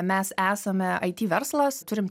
mes esame it verslas turim